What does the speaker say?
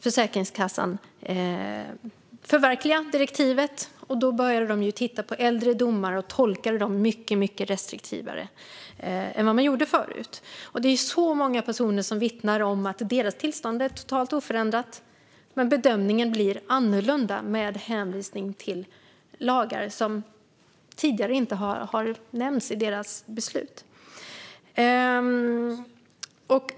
Försäkringskassan måste ju förverkliga direktivet, och då började de titta på äldre domar och tolka dem mycket mer restriktivt än vad man gjorde förut. Väldigt många personer vittnar om att deras tillstånd är totalt oförändrat men att bedömningen blir annorlunda med hänvisning till lagar som tidigare inte har nämnts i deras beslut.